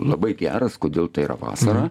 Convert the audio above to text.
labai geras kodėl tai yra vasara